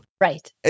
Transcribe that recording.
Right